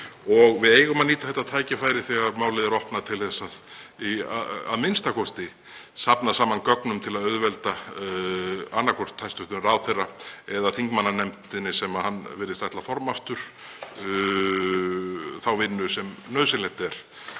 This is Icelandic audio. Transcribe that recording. Við eigum að nýta þetta tækifæri þegar málið er opnað til þess a.m.k. að safna saman gögnum til að auðvelda annaðhvort hæstv. ráðherra eða þingmannanefndinni sem hann virðist ætla að forma aftur þá vinnu sem nauðsynleg er